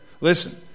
Listen